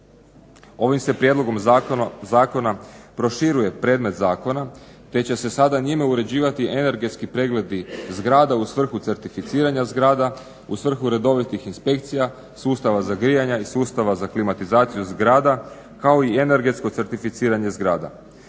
Ovim se prijedlogom zakona proširuje predmet zakona te će se sada njime uređivati energetski pregledi zgrada u svrhu certificiranja zgrada, u svrhu redovitih inspekcija sustava za grijanja i sustava za klimatizaciju zgrada kao i energetsko certificiranje zgrada.